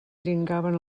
dringaven